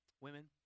Women